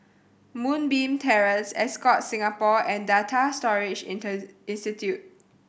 Moonbeam Terrace Ascott Singapore and Data Storage inter Institute